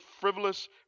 frivolous